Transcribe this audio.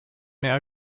mehr